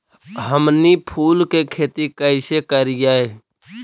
हमनी फूल के खेती काएसे करियय?